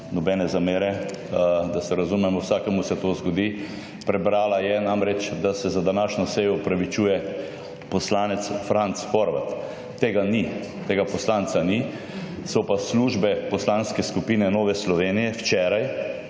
nobene zamere, da se razumemo, vsakemu se to zgodi -, prebrala je namreč, da se za današnjo sejo opravičuje poslanec Franc Horvat. Tega ni, tega poslanca ni. So pa službe Poslanske skupine Nove Slovenije včeraj